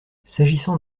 s’agissant